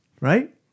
right